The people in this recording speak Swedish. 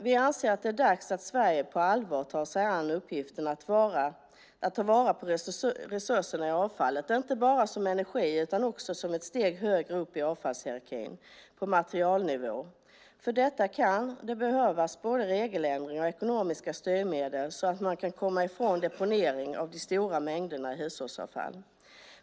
Vi anser att det är dags att Sverige på allvar tar sig an uppgiften att ta vara på resurserna i avfallet, inte bara som energi utan också ett steg högre upp i avfallshierarkin, på materialnivå. För detta kan det behövas både regeländringar och ekonomiska styrmedel så att man kan komma ifrån deponeringen av de stora mängderna hushållsavfall.